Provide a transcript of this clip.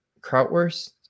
krautwurst